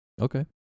okay